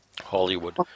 Hollywood